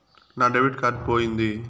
నా debit card పోయింది